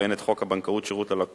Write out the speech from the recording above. והן את חוק הבנקאות (שירות ללקוח),